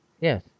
Yes